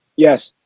yes.